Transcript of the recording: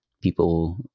people